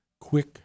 quick